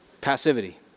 Passivity